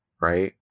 right